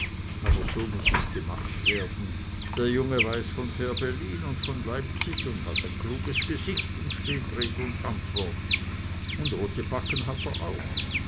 aber so muß es gemacht werden der junge weiß von fehrbellin und von leipzig und hat ein kluges gesicht und steht red und antwort und rote backen hat er auch